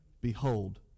behold